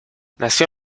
nació